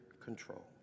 control